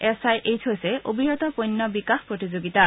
S I H হৈছে অবিৰত পণ্য বিকাশ প্ৰতিযোগিতা